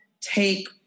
take